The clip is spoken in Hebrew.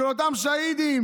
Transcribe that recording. של אותם שהידים.